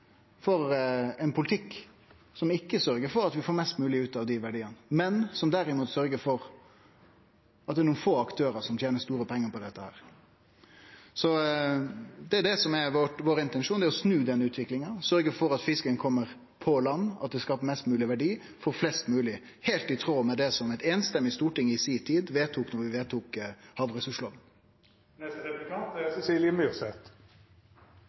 for ein politikk som ikkje sørgjer for at vi får mest mogleg ut av dei verdiane, men som derimot sørgjer for at det er nokre få aktørar som tener store pengar på dette. Så vår intensjon er å snu denne utviklinga, å sørgje for at fisken kjem på land, at det skaper mest mogleg verdi for flest mogleg – heilt i tråd med det som eit samrøystes storting i si tid vedtok da vi vedtok havressursloven. Nå er